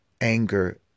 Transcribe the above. anger